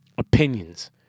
opinions